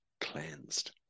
cleansed